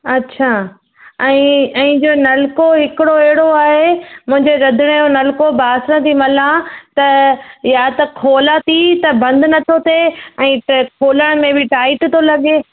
अच्छा ऐं ऐं जो नलिको हिकिड़ो अहिड़ो आहे मुंहिंजे रधणे जो नलिको बासणु थी मलां त या त खोलां थी त बंदि नथो थिए ऐं त खोलण में बि टाइट थो लॻे